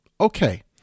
Okay